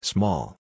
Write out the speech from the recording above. Small